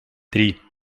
три